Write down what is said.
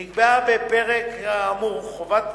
נקבעה בפרק האמור חובת